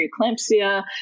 preeclampsia